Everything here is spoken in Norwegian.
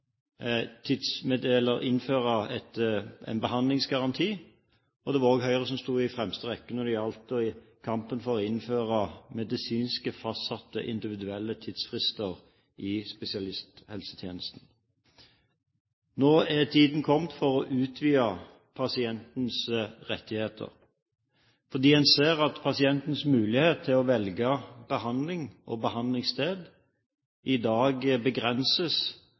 å innføre en behandlingsgaranti, og det var Høyre som sto i fremste rekke når det gjaldt kampen for å innføre medisinsk fastsatte individuelle tidsfrister i spesialisthelsetjenesten. Nå er tiden kommet for å utvide pasientens rettigheter, for en ser at pasientens mulighet til å velge behandling og behandlingssted i dag begrenses